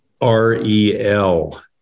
R-E-L